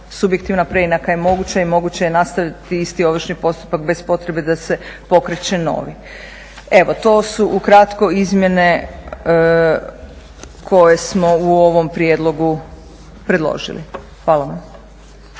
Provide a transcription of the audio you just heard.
Subjektivna preinaka je moguća i moguće je nastaviti isti ovršni postupak bez potrebe da se pokreće novi. Evo, to su ukratko izmjene koje smo u ovom prijedlogu predložili. Hvala vam.